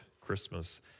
Christmas